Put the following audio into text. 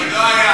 זה עוד לא היה.